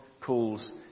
calls